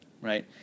right